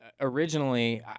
originally